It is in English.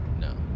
no